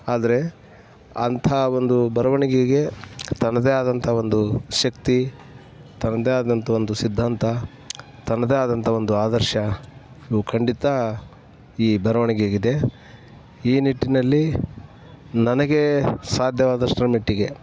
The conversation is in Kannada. ಆದರೆ ಅಂಥ ಒಂದು ಬರವಣಿಗೆ ತನ್ನದೇ ಆದಂಥ ಒಂದು ಶಕ್ತಿ ತನ್ನದೇ ಆದಂಥ ಒಂದು ಸಿದ್ಧಾಂತ ತನ್ನದೇ ಆದಂಥ ಒಂದು ಆದರ್ಶ ಇವು ಖಂಡಿತಾ ಈ ಬರವಣ್ಗೆಗಿದೆ ಈ ನಿಟ್ಟಿನಲ್ಲಿ ನನಗೆ ಸಾಧ್ಯವಾದಷ್ಟರ ಮೆಟ್ಟಿಗೆ